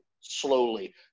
slowly